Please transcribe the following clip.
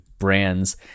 brands